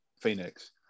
Phoenix